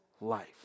life